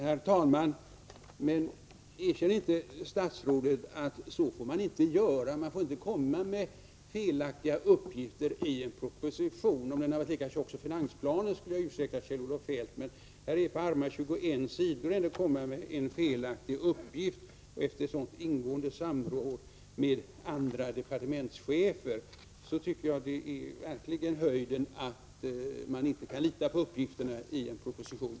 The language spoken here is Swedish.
Herr talman! Men kan inte statsrådet erkänna att man inte får göra på det sättet? Man får inte komma med felaktiga uppgifter i en proposition. Om det hade gällt finansplanen, som är en så tjock proposition, skulle jag ha ursäktat Kjell-Olof Feldt, men att det förekommer felaktiga uppgifter i en proposition på arma 21 sidor så att man inte kan lita på den, trots att det skett ett ingående samråd med andra departementschefer, tycker jag verkligen är höjden.